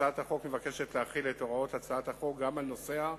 הצעת החוק מבקשת להחיל את הוראות הצעת החוק גם על נוסעים